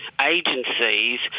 agencies